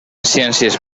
ciències